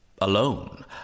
alone